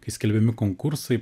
kai skelbiami konkursai